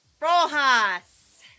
Rojas